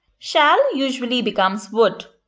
shall usually becomes would.